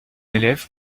élève